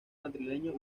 madrileño